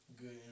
Good